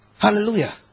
Hallelujah